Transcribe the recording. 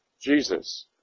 Jesus